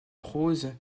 prose